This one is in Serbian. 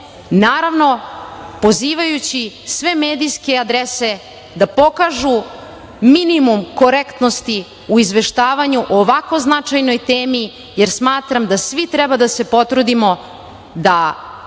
naravno, pozivajući sve medijske adrese da pokažu minimum korektnosti u izveštavanju o ovako značajnoj temi, jer smatram da svi treba da se potrudimo da